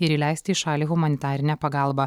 ir įleisti į šalį humanitarinę pagalbą